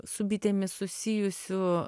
su bitėmis susijusių